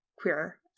queer